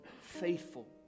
faithful